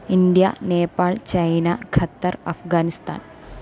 India Nepal China Qatar Afghanistan